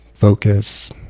focus